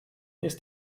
ist